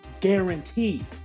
guaranteed